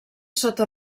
sota